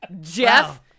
Jeff